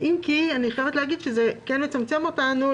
לכן אני רוצה לברך את חבר הכנסת מיכאל